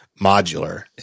modular